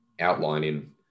outlining